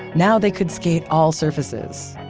now they could stake all surfaces.